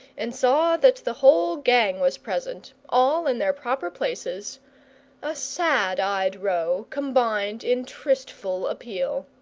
and saw that the whole gang was present, all in their proper places a sad-eyed row, combined in tristful appeal.